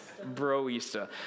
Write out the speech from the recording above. Broista